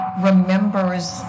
remembers